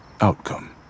outcome